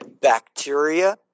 bacteria